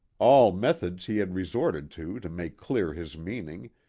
all methods he had resorted to to make clear his meaning,